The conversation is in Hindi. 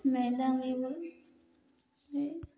मैदा भी